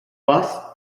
bus